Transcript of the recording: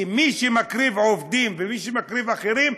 כי מי שמקריב עובדים ומי שמקריב אחרים,